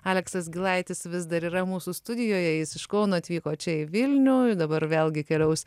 aleksas gilaitis vis dar yra mūsų studijoje jis iš kauno atvyko čia į vilnių dabar vėlgi keliaus